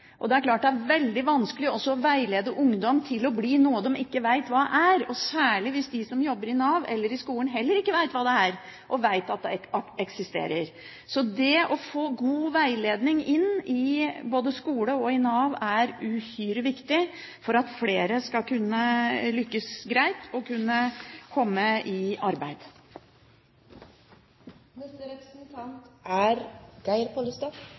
Det er klart at det også er veldig vanskelig å veilede ungdom til å bli noe de ikke vet hva er, og særlig hvis de som jobber i Nav eller i skolen, heller ikke vet hva det er, og vet at det eksisterer. Så det å få god veiledning fra både skole og Nav er uhyre viktig for at flere skal kunne lykkes greit og kunne komme i